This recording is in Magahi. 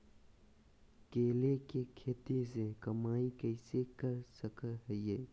केले के खेती से कमाई कैसे कर सकय हयय?